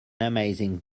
amazing